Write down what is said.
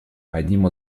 одним